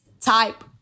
type